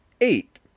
eight